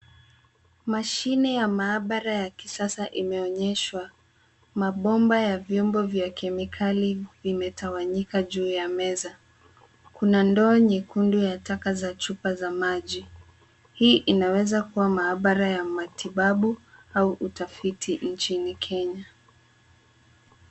Mashine ya maabara ya kisasa imeonyeshwa. Mabomba ya vyombo vya kemikali vimetawanyika juu ya meza. Kuna ndoo nyekundu ya taka za chupa za maji. Hii inaweza kuwa maabara ya matibabu au utafiti nchini Kenya.